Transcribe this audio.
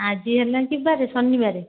ଆଜି ହେଲା କି ବାର ଶନିବାର